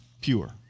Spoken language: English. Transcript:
pure